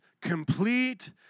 complete